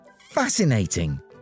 fascinating